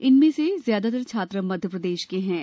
इनमें से ज्यादातर छात्र मध्यप्रदेश के थे